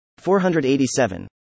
487